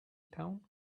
town